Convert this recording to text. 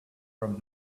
from